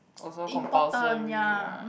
also compulsory right